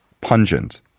pungent